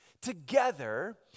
Together